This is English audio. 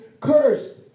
cursed